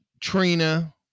Trina